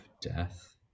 death